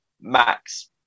Max